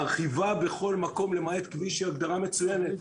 הרכיבה בכל מקום למעט כביש היא הגדרה מצוינת,